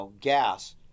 gas